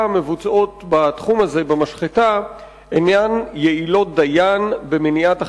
המבוצעות בתחום הזה במשחטה אינן יעילות דיין במניעת החריגות,